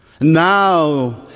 now